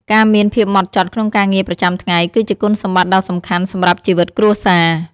ការមានភាពហ្មត់ចត់ក្នុងការងារប្រចាំថ្ងៃ គឺជាគុណសម្បត្តិដ៏សំខាន់សម្រាប់ជីវិតគ្រួសារ។